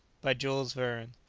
by jules verne.